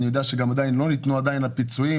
אני יודע גם שלא ניתנו עדיין הפיצויים.